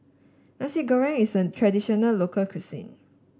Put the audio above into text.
Nasi Goreng is a traditional local cuisine